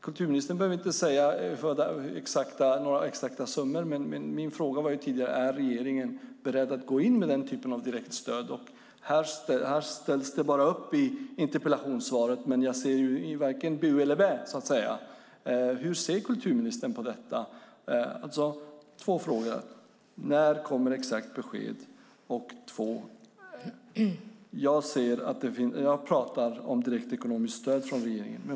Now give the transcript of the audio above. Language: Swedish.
Kulturministern behöver inte säga några exakta summor, men min fråga var tydlig: Är regeringen beredd att gå in med den typen av direkt stöd? Här ställs det upp i interpellationssvaret, men jag ser varken bu eller bä, så att säga. Hur ser kulturministern på detta? Det är två frågor. När kommer exakt besked? Jag talar om direkt ekonomiskt stöd från regeringen.